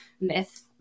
myth